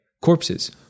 Corpses